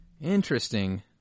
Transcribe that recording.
Interesting